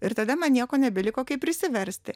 ir tada man nieko nebeliko kaip prisiversti